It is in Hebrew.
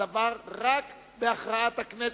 העניין הוא רק בהכרעת הכנסת.